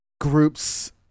groups